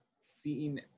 seen